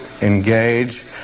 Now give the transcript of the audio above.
engage